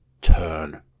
turn